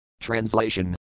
Translation